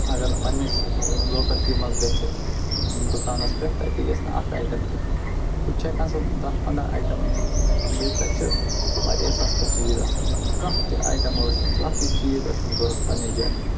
اَگر پَنٕنِس لوکَل ٹیٖمَس گژھِ دُکانس پٮ۪ٹھ تَتہِ یِیَس نہٕ اَکھ آیٹم تہِ ہُتہِ چھُ ہٮ۪کان سُہ دَہ پَنٛداہ آیٹم أنِتھ بیٚیہِ تَتہِ چھُ واریاہ سَستہٕ چیٖز آسان کانٛہہ تہِ آیٹم ٲسۍتن کانٛہہ تہِ چیٖز ٲسۍ تن ضروٗرت پَنٕنہِ جایہِ